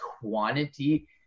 quantity